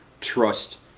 trust